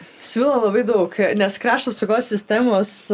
siūlom labai daug nes krašto apsaugos sistemos